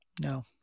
no